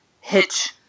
Hitch